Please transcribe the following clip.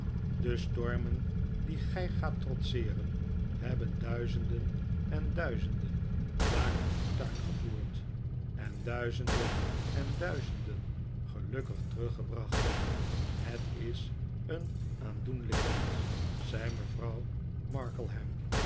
de stormen die gij gaat trotseeren hebben duizenden en duizenden naar hun fortuin gevoerd en duizenden en duizenden gelukkig teruggebracht het is een aandoenlijk iets zei mevrouw markleham